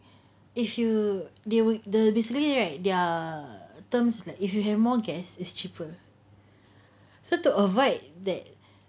if you they will the basically right their terms like if you have more guests is cheaper so to avoid that